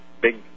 big